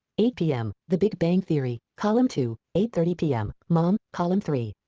eight pm, the big bang theory, column two eight thirty pm, mom, column three.